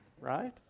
right